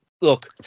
look